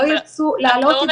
לא ירצו לעלות בתקשורת.